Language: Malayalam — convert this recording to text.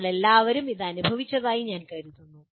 നമ്മളെല്ലാവരും ഇത് അനുഭവിച്ചതായി ഞാൻ കരുതുന്നു